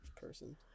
person